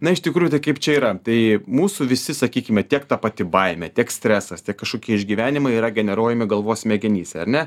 na iš tikrųjų tai kaip čia yra tai mūsų visi sakykime tiek ta pati baimė tiek stresas tiek kažkoki išgyvenimai yra generuojami galvos smegenyse ar ne